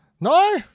No